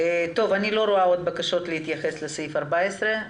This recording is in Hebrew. אני לא רואה עוד בקשות להתייחס לתקנה 14,